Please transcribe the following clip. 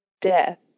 death